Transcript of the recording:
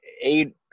eight